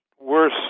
worse